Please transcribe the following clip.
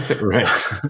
Right